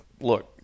look